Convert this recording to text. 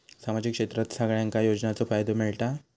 सामाजिक क्षेत्रात सगल्यांका योजनाचो फायदो मेलता?